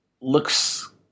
looks